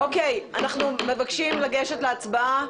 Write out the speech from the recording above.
אם כך, אנחנו מבקשים לגשת להצבעה.